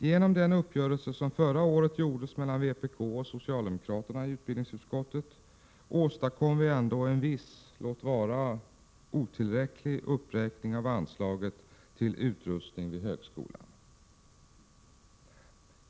Genom den uppgörelse som förra året gjordes mellan vpk och socialdemokraterna i utbildningsutskottet åstadkom vi ändå en viss, låt vara otillräcklig, uppräkning av anslaget till utrustning vid högskolan.